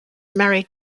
married